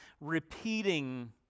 repeating